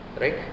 right